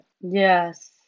Yes